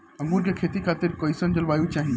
अंगूर के खेती खातिर कइसन जलवायु चाही?